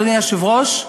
אדוני היושב-ראש,